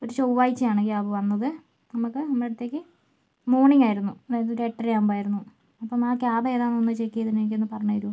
ഒരു ചൊവ്വാഴ്ചയാണ് കേബ് വന്നത് നമുക്ക് നമ്മുടെ അടുത്തേക്ക് മോണിംഗ് ആയിരുന്നു അതൊരു എട്ടര ആകുമ്പോൾ ആയിരുന്നു അപ്പം ആ കേബ് ഏതാണെന്ന് ഒന്ന് ചെക്ക് ചെയ്തിട്ടെനിക്ക് ഒന്നു പറഞ്ഞു തരുമോ